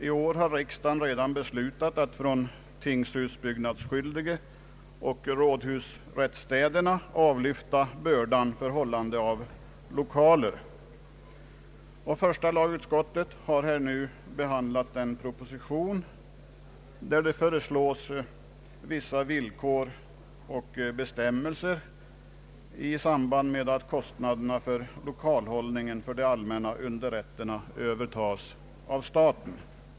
I år har riksdagen redan beslutat att från tingshusbyggnadsskyldige och rådhusrättsstäderna avlyfta bördan att hålla lokaler. Första lagutskottet har nu behandlat den proposition där det föreslås vissa villkor och bestämmelser i samband med att kostnaderna för lokalhållningen för de allmänna underrätterna övertas av staten.